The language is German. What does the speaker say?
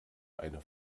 eine